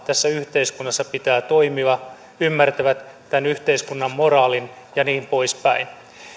tässä yhteiskunnassa pitää toimia ymmärtävät tämän yhteiskunnan moraalin ja niin poispäin